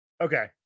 okay